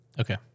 okay